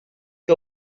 que